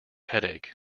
headache